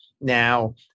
now